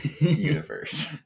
universe